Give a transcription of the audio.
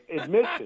admission